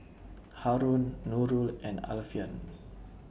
Haron Nurul and Alfian